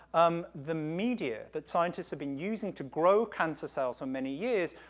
um, the media that scientists have been using to grow cancer cells for many years,